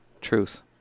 truth